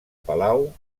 palau